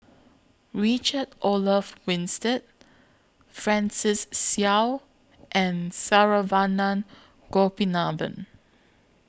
Richard Olaf Winstedt Francis Seow and Saravanan Gopinathan